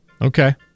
Okay